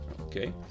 Okay